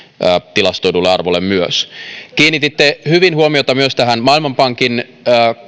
tilastoidulle arvolle kiinnititte hyvin huomiota myös maailmanpankin